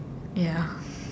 ya